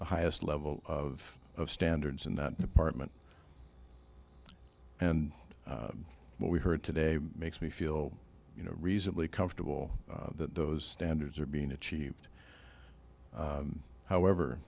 the highest level of standards in that department and what we heard today makes me feel you know reasonably comfortable that those standards are being achieved however